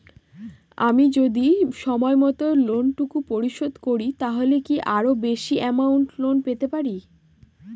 আমি যদি সময় মত লোন টুকু পরিশোধ করি তাহলে কি আরো বেশি আমৌন্ট লোন পেতে পাড়ি?